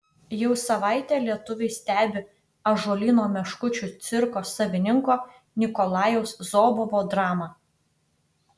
jau savaitę lietuviai stebi ąžuolyno meškučių cirko savininko nikolajaus zobovo dramą